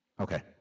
Okay